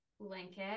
blanket